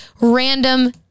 random